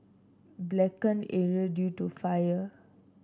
blackened area due to the fire